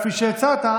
כפי שהצעת,